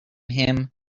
him